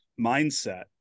mindset